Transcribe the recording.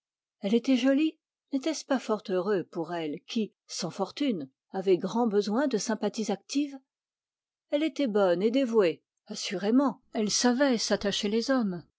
elle était jolie n'était-ce pas fort heureux pour elle qui sans fortune avait grand besoin de sympathies actives elle était bonne et dévouée assurément elle savait s'attacher les hommes